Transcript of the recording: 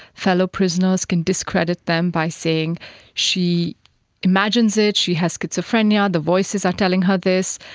fellow prisoners can discredit them by saying she imagines it, she has schizophrenia, the voices are telling her this.